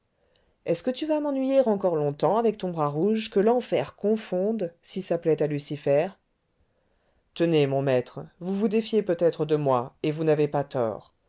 est-ce que tu vas m'ennuyer encore longtemps avec ton bras rouge que l'enfer confonde si ça plaît à lucifer tenez mon maître vous vous défiez peut-être de moi et vous n'avez pas tort